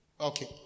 okay